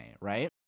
right